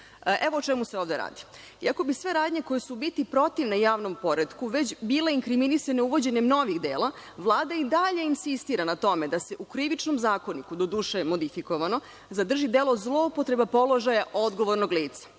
o čemu se ovde radi. Iako bi sve radnje koje su u biti protivne javnom poretku već bile inkriminisane uvođenjem novih dela, Vlada i dalje insistira na tome da se u Krivičnom zakoniku, doduše modifikovano, zadrži delo zloupotrebe položaja odgovornog lica.